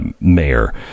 Mayor